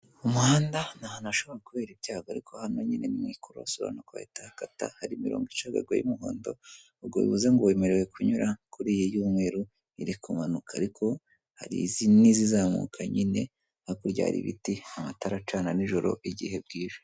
Umuhanda ni ahantu hashobora kubera ibyago ariko hano nyine ni mu ikorosi urabona ko hahita hakata, hari imirongo icagaguye y'umuhondo, ubwo bivuze ngo wemerewe kunyura kuri iyi y'umweru iri kumanuka ariko hari n'izizamuka nyine hakurya hari ibiti, amatara acana nijoro igihe bwije.